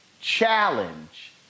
challenge